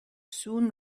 soon